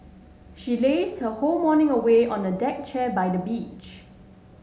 she lazed her whole morning away on a deck chair by the beach